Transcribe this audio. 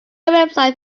website